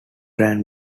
ran